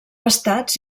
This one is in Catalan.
estats